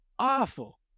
awful